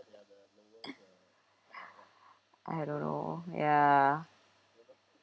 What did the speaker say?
I don't know ya